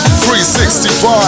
365